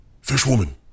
Fishwoman